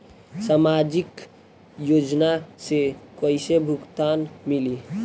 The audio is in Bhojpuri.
सामाजिक योजना से कइसे भुगतान मिली?